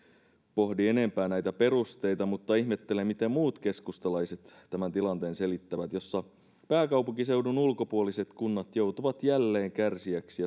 pohdi enempää näitä perusteita mutta ihmettelen miten muut keskustalaiset selittävät tämän tilanteen jossa pääkaupunkiseudun ulkopuoliset kunnat joutuvat jälleen kärsijäksi